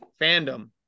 fandom